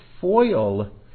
foil